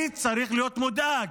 אני צריך להיות מודאג,